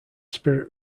spirit